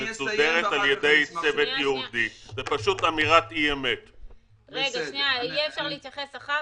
משנה שיהיה מתווה שיאפשר את הכניסה והיציאה.